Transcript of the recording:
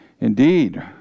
indeed